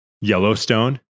Yellowstone